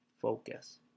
Focus